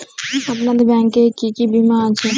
আপনাদের ব্যাংক এ কি কি বীমা আছে?